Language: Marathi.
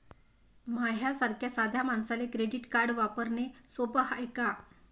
माह्या सारख्या साध्या मानसाले क्रेडिट कार्ड वापरने सोपं हाय का?